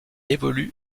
évolue